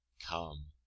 come,